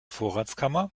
vorratskammer